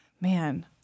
Man